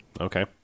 Okay